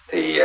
Thì